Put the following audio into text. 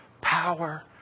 power